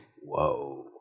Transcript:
Whoa